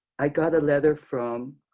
i got a letter from